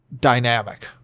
dynamic